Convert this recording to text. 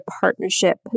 partnership